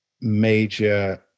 major